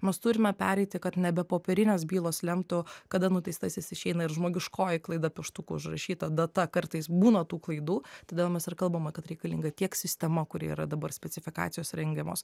mes turime pereiti kad nebe popierinės bylos lemtų kada nuteistasis išeina ir žmogiškoji klaida pieštuku užrašyta data kartais būna tų klaidų todėl mes ir kalbama kad reikalinga tiek sistema kuri yra dabar specifikacijos rengiamos